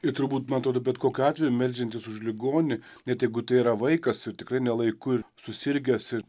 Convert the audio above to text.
ir turbūt man atrodo bet kokiu atveju meldžiantis už ligonį net jeigu tai yra vaikas ir tikrai ne laiku ir susirgęs ir